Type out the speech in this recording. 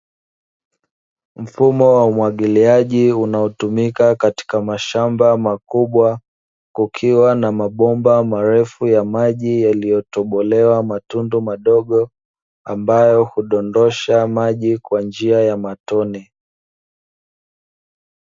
Mfumo wa umwagiliaji unaotumika katika mashamba makubwa, kukiwa na mabomba marefu ya maji yaliyotobolewa matundu madogo, ambayo hudondosha maji kwa njia ya matone.